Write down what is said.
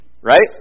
Right